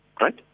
Right